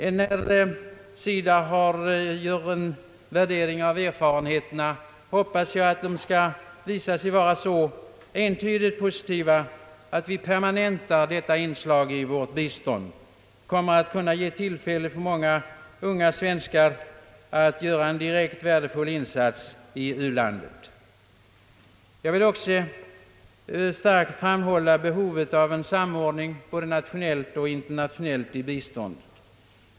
När SIDA gör en värdering av erfarenheterna av denna verksamhet hoppas jag att dessa skall visa sig vara så entydigt positiva att vi kan permanenta detta inslag i vårt bistånd. Det kan ge tillfälle för många unga svenskar att göra en direkt värdefull insats i utlandet. Jag vill också starkt framhålla behovet av en samordning både nationellt och internationellt av biståndsverksamheten.